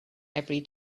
every